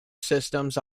systems